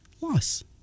Loss